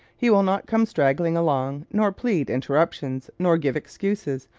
he will not come straggling along, nor plead interruptions, nor give excuses.